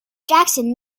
jackson